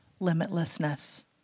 limitlessness